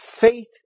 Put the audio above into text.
faith